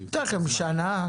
ניתן לכם שנה,